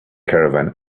caravan